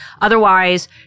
Otherwise